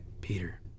peter